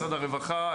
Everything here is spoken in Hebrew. משרד הרווחה,